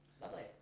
lovely